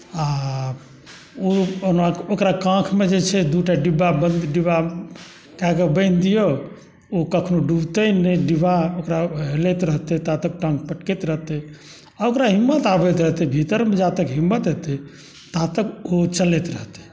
आ ओ ओना ओकरा काँखमे जे छै दुटा डिब्बा बन्द डिब्बा कऽ के बाँधि दियौ ओ कखनो डुबतै नहि डिब्बा हेलैत रहतै ता तक टाँग पटकैत रहतै आ ओकरा हिम्मत आबैत रहतै भीतर जा तक हिम्मत एतै ता तक ओ चलैत रहतै